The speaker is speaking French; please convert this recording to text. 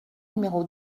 numéro